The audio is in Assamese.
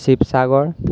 শিৱসাগৰ